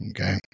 Okay